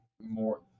more